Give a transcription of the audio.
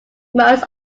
most